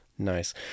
nice